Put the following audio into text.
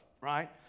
right